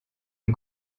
dem